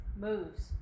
moves